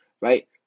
right